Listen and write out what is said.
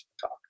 talk